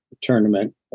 tournament